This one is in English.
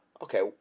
Okay